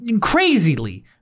crazily